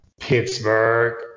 Pittsburgh